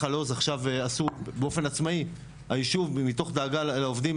ובנחל עוז עשו עכשיו באופן עצמאי הישוב מתוך דאגה לעובדים,